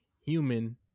human